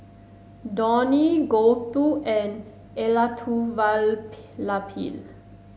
Dhoni Gouthu and Elattuvalapil